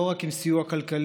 לא רק עם סיוע כלכלי